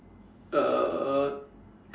uh